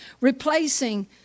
replacing